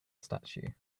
statue